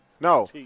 No